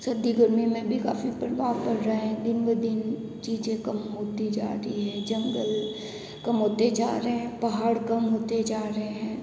सर्दी गर्मी में भी काफ़ी प्रभाव पड़ रहा है दिन ब दिन चीज़ें कम होती जा रही है जंगल कम होते जा रहे हैं पहाड़ कम होते जा रहे हैं